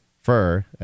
Fur